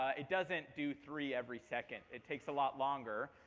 ah it doesn't do three every second. it takes a lot longer.